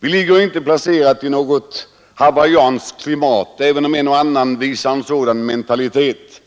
Vi befinner oss inte i något hawaiianskt klimat, även om en och annan visar en sådan mentalitet.